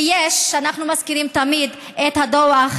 ואנחנו מזכירים תמיד את הדוח,